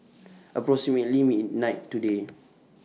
approximately midnight today